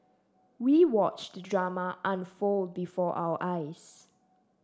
we watched the drama unfold before our eyes